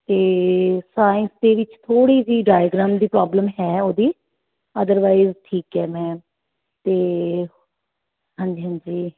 ਅਤੇ ਸਾਇੰਸ ਦੇ ਵਿੱਚ ਥੋੜ੍ਹੀ ਜਿਹੀ ਡਾਇਗਰਾਮ ਦੀ ਪ੍ਰੋਬਲਮ ਹੈ ਉਹਦੀ ਅਦਰਵਾਈਜ ਠੀਕ ਹੈ ਮੈਮ ਅਤੇ ਹਾਂਜੀ ਹਾਂਜੀ